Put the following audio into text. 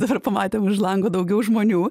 dabar pamatėm už lango daugiau žmonių